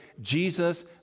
Jesus